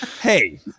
Hey